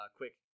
quick